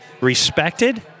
respected